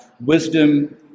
Wisdom